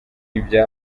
ibya